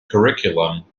curriculum